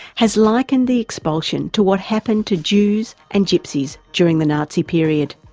has likened the expulsion to what happened to jews and gypsies during the nazi period.